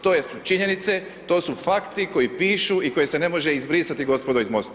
To su činjenice, to su facti koji pišu i koje se ne može izbrisati, gospodo iz MOST-a.